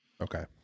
Okay